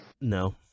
No